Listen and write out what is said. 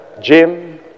Jim